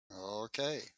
Okay